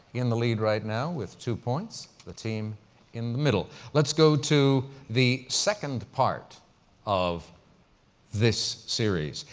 in the lead right now with two points, the team in the middle. let's go to the second part of this series.